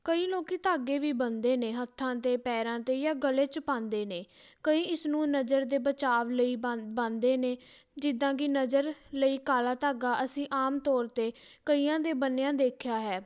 ਕਈ ਲੋਕ ਧਾਗੇ ਵੀ ਬੰਨਦੇ ਨੇ ਹੱਥਾਂ 'ਤੇ ਪੈਰਾਂ 'ਤੇ ਜਾਂ ਗਲੇ 'ਚ ਪਾਉਂਦੇ ਨੇ ਕਈ ਇਸਨੂੰ ਨਜ਼ਰ ਦੇ ਬਚਾਅ ਲਈ ਬੰਨ ਬੰਨਦੇ ਨੇ ਜਿੱਦਾਂ ਕਿ ਨਜ਼ਰ ਲਈ ਕਾਲਾ ਧਾਗਾ ਅਸੀਂ ਆਮ ਤੌਰ 'ਤੇ ਕਈਆਂ ਦੇ ਬੰਨਿਆਂ ਦੇਖਿਆ ਹੈ